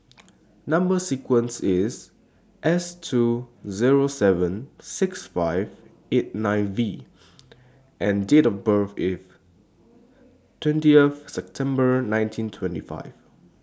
Number sequence IS S two Zero seven six five eight nine V and Date of birth IS twenty September nineteen twenty five